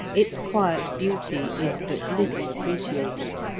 its quiet beauty is but little appreciated.